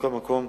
מכל מקום,